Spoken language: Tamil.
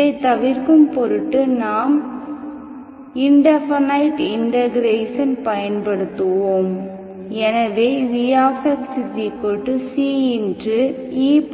இதை தவிர்க்கும் பொருட்டு நாம் இண்டெபணைட் இன்டக்ரேஷன் பயன்படுத்துவோம் எனவே vx ce